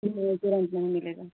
तुरंत नहीं मिलेगा